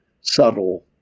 subtle